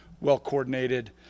well-coordinated